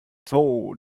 zwo